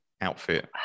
outfit